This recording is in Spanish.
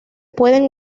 pueden